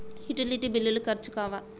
Utility బిల్లులు ఖర్చు కావా?